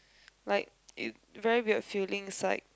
like you very weird feeling is like